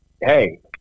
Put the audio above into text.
Hey